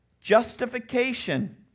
Justification